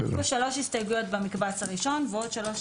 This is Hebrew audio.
אז יש פה שלוש הסתייגויות במקבץ הראשון ועוד שלוש